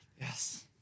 Yes